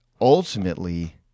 ultimately